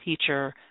teacher